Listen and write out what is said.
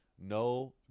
no